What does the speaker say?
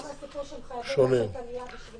גם הסיפור שהם חייבים לעשות עלייה בשביל